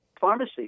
pharmacy